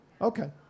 Okay